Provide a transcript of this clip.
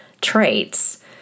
traits